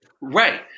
Right